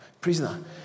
prisoner